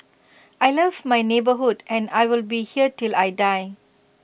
I love my neighbourhood and I will be here till I die